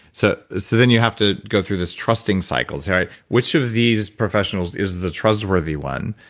so so then you have to go through this trusting cycles, right? which of these professionals is the trustworthy one?